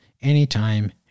anytime